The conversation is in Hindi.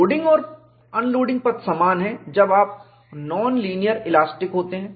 लोडिंग और अनलोडिंग पथ समान हैं जब आप नॉन लीनियर इलास्टिक होते हैं